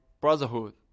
brotherhood